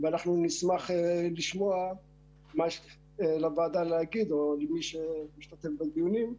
ונשמח לשמוע מה שיש לוועדה להגיד או למי שמשתתף בדיונים,